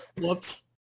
Whoops